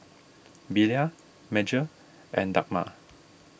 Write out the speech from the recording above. Belia Madge and Dagmar